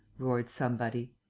roared somebody.